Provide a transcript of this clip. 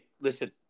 listen